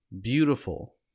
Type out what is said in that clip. beautiful